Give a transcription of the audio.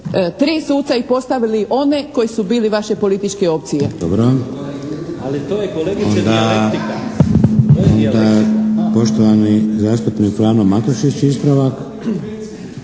tri suca i postavili one koji su bili vaše političke opcije. **Šeks, Vladimir (HDZ)** Dobro. Onda poštovani zastupnik Frano Matušić ispravak.